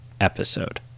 episode